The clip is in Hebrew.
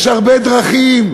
יש הרבה דרכים.